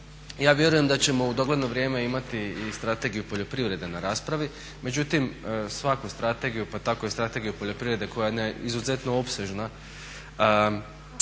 Ja vjerujem da ćemo u dogledno vrijeme imati i Strategiju poljoprivrede na raspravi. Međutim, svaku strategiju pa tako i Strategiju poljoprivrede koja je izuzetno opsežna